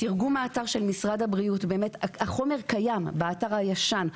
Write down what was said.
תרגום אתר משרד הבריאות - החומר באמת קיים באתר הישן.